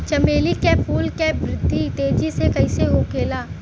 चमेली क फूल क वृद्धि तेजी से कईसे होखेला?